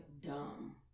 dumb